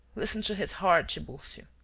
listen to his heart, tiburcio!